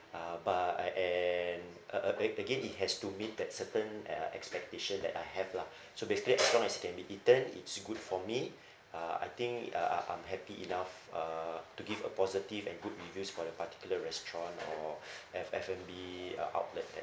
uh but I and a a a again it has to meet that certain uh expectation that I have lah so basically as long as it can be eaten it's good for me uh I think uh uh I'm unhappy enough uh to give a positive and good reviews for the particular restaurant or f f and b uh outlet and